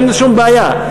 אין שום בעיה,